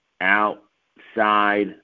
outside